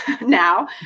now